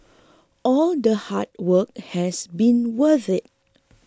all the hard work has been worth it